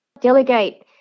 delegate